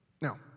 Now